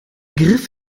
griff